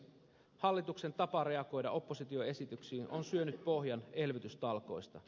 hallituksen tapa reagoida opposition esityksiin on syönyt pohjan elvytystalkoista